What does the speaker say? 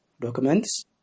documents